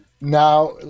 Now